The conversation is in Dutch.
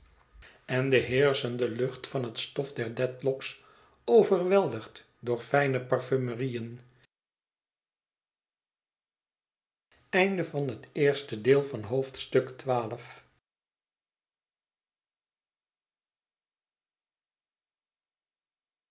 en de heerschende lucht van het stofder dedlock's overweldigd door fijne parfumerieën